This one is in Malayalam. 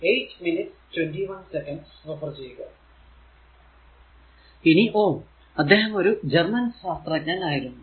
ഇനി Ω അദ്ദേഹം ഒരു ജർമൻ ശാസ്ത്രജ്ഞൻ ആയിരുന്നു